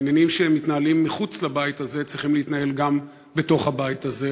ועניינים שמתנהלים מחוץ לבית הזה צריכים להתנהל גם בתוך הבית הזה.